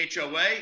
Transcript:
HOA